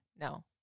No